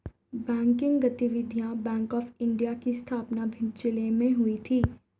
banking गतिविधियां bank of India की स्थापना भिंड जिले में हुई थी